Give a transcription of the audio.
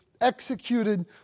executed